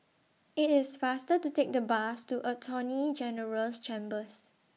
IT IS faster to Take The Bus to Attorney General's Chambers